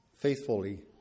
Faithfully